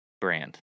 brand